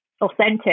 authentic